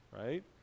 right